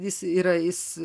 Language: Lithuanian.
jis yra jis